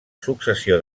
successió